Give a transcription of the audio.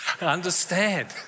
understand